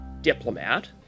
diplomat